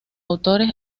autores